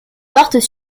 portent